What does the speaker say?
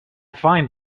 find